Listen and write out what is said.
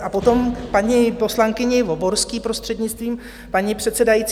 A potom k paní poslankyni Voborské, prostřednictvím paní předsedající.